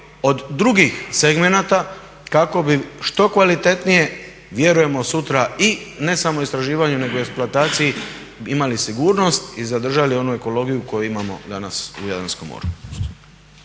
od drugih segmenata kako bi što kvalitetnije vjerujemo sutra i ne samo istraživanju nego eksploataciji imali sigurnosti i zadržali onu ekologiju koju imamo danas u Jadranskom moru.